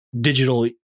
digital